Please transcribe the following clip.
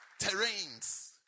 terrains